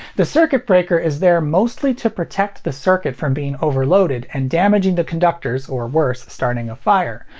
the circuit breaker is there mostly to protect the circuit from being overloaded and damaging the conductors, or worse, starting a fire.